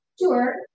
Sure